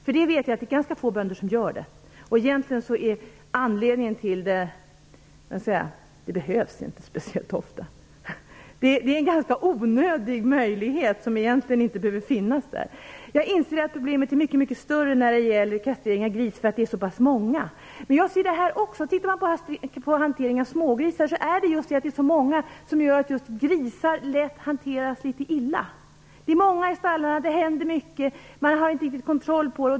Jag vet att ganska få bönder gör det - anledningen till detta är att det inte behövs speciellt ofta. Det är en ganska onödig möjlighet som egentligen inte behöver finnas. Jag inser att problemet är mycket större när det gäller kastrering av gris. Problemen med hanteringen av smågrisar är att de är så många. Därför kommer grisar lätt att hanteras litet illa. Det finns många i stallarna, det händer mycket, man har inte riktigt kontroll på det.